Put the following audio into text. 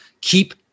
keep